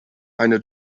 eine